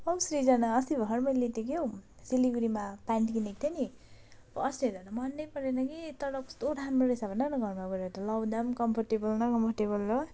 हौ सृजना अस्ति भर्खरै मैले के हो सिलगडीमा प्यान्ट किनेक थिएँ नि अस्ति हेर्दा त मनै परेन कि तर कस्तो राम्रो रहेछ भन न घरमा गएर त लाउँदा कम्फर्टेबल न कम्फर्टेबल हो